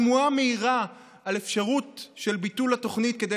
שמועה מהירה על אפשרות של ביטול התוכנית כדי